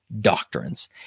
doctrines